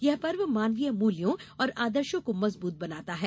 यह पर्व मानवीय मूल्यों और आदर्शो को मजबूत बनाता है